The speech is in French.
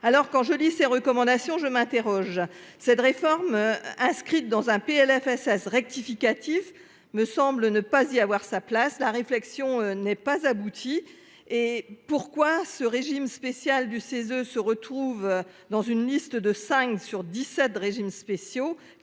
alors quand je lis ces recommandations. Je m'interroge cette réforme inscrite dans un PLFSS rectificatif me semble ne pas y avoir sa place. La réflexion n'est pas abouti et pourquoi ce régime spécial du CESE se retrouve dans une liste de 5 sur 17 de régimes spéciaux,